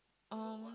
um